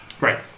Right